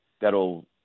that'll